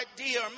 idea